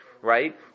right